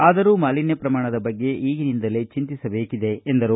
ಆದರೂ ಮಾಲಿನ್ನ ಪ್ರಮಾಣದ ಬಗ್ಗೆ ಈಗಿನಿಂದಲೇ ಚಿಂತಿಸಬೇಕಿದೆ ಎಂದರು